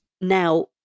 now